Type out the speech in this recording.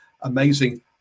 amazing